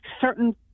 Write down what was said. certain